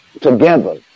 together